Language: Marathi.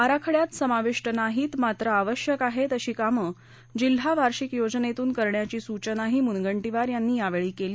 आराखड्यात समाविष्ट नाहीत मात्र आवश्यक आहेत अशी कामं जिल्हा वार्षिक योजनेतून करण्याची सूचनाही मुनगंटीवार यांनी यावेळी केली